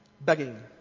begging